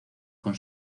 con